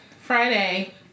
Friday